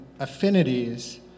affinities